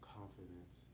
confidence